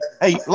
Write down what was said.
Hey